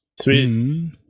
Sweet